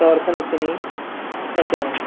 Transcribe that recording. പ്രവർത്തനത്തിന് സജ്ജമാണ്